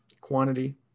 Quantity